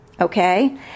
Okay